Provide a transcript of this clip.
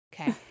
Okay